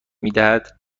میدهد